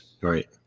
Right